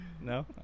No